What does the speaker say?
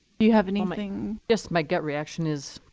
you have anything? yes, my gut reaction is